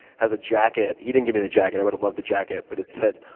has a jacket he didn't give me the jacket i would've loved the jacket. but it said.